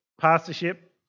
pastorship